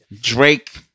Drake